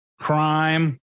crime